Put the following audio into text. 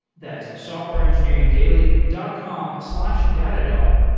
that softwareengineeringdaily dot com slash datadog.